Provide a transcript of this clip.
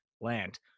land